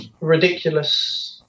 ridiculous